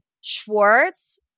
Schwartz